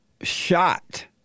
shot